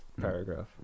paragraph